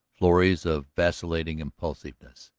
florrie's of vacillating impulsiveness,